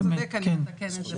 צודק, אני אתקן את זה.